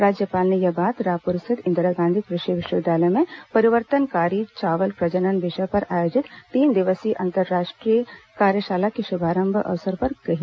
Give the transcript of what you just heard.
राज्यपाल ने यह बात रायपुर स्थित इंदिरा गांधी कृषि विश्वविद्यालय में परिवर्तनकारी चावल प्रजनन विषय पर आयोजित तीन दिवसीय अंतर्राष्ट्रीय कार्यशाला के शुभारंभ अवसर पर कही